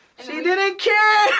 she didn't care!